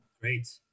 Great